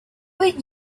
would